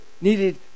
needed